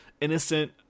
innocent